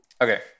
Okay